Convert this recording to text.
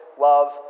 love